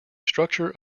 structure